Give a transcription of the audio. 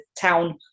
town